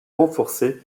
renforcer